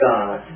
God